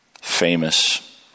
famous